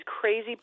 crazy